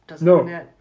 No